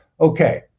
Okay